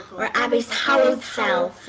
or abae's hallowed cell,